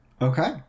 Okay